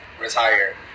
retire